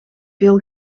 veel